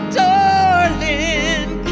darling